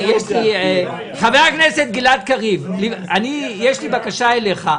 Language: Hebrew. חבר הכנסת גלעד קריב, יש לי בקשה אליך.